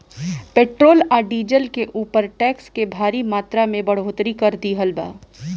petrol आ diesel के ऊपर टैक्स के भारी मात्रा में बढ़ोतरी कर दीहल बा